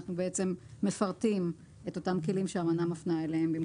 אנחנו מפרטים את אותם כלים שהאמנה מפנה אליהם.